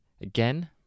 Again